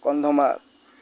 Kandhamal